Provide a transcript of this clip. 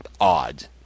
odd